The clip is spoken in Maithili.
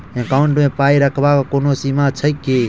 एकाउन्ट मे पाई रखबाक कोनो सीमा छैक की?